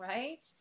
Right